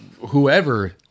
whoever